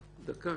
דקה.